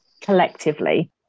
collectively